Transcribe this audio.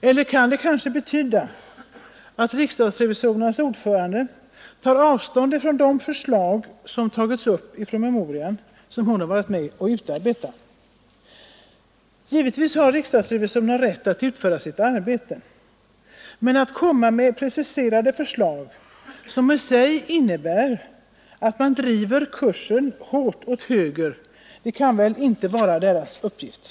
Eller kan det kanske betyda att riksdagsrevisorernas ordförande tar avstånd från de förslag som tagits upp i den promemoria hon varit med om att godkänna? Givetvis har riksdagsrevisorerna rätt att utföra sitt arbete, men att lägga fram preciserade förslag som innebär att man driver kursen hårt åt höger kan väl inte vara deras uppgift.